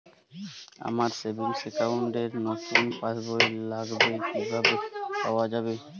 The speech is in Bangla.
আমার সেভিংস অ্যাকাউন্ট র নতুন পাসবই লাগবে কিভাবে পাওয়া যাবে?